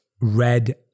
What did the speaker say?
red